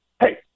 Hey